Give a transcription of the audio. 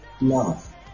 Love